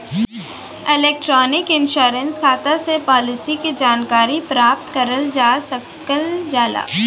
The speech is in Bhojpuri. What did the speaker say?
इलेक्ट्रॉनिक इन्शुरन्स खाता से पालिसी के जानकारी प्राप्त करल जा सकल जाला